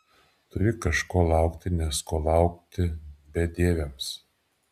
turi kažko laukti nes ko laukti bedieviams